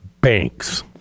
banks